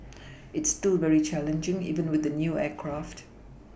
it's still very challenging even with the new aircraft